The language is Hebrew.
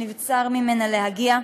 שנבצר ממנה להגיע.